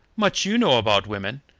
much you know about women,